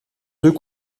deux